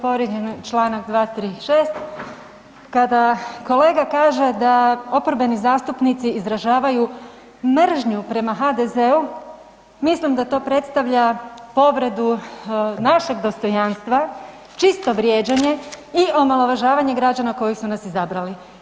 Povrijeđen je čl. 236., kada kolega kaže da oporbeni zastupnici izražavaju mržnju prema HDZ-u mislim da to predstavlja povredu našeg dostojanstva, čisto vrijeđanje i omalovažavanje građana koji su nas izabrali.